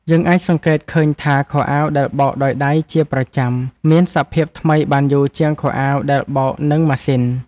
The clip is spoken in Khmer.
យើងអាចសង្កេតឃើញថាខោអាវដែលបោកដោយដៃជាប្រចាំមានសភាពថ្មីបានយូរជាងខោអាវដែលបោកនឹងម៉ាស៊ីន។